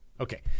Okay